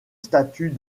statue